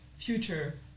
future